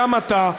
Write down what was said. גם אתה,